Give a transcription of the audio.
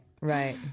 right